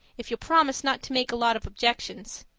if you'll promise not to make a lot of objections.